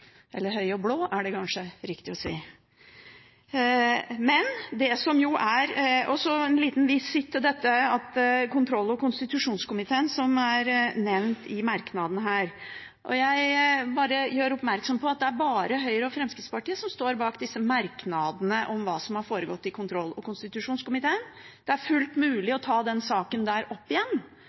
eller høy og blå, er det kanskje riktig å si. Så en liten visitt til dette med at kontroll- og konstitusjonskomiteen er nevnt i en merknad her. Jeg bare gjør oppmerksom på at det er bare Høyre og Fremskrittspartiet som står bak disse merknadene om hva som har foregått i kontroll- og konstitusjonskomiteen. Det er fullt mulig å ta den saken opp igjen